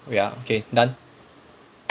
ya okay done